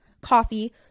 coffee